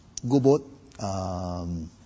Gubot